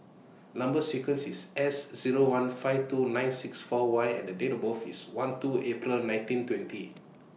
Number sequence IS S Zero one five two nine six four Y and Date of birth IS one two April nineteen twenty